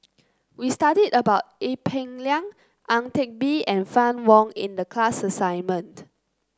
we studied about Ee Peng Liang Ang Teck Bee and Fann Wong in the class assignment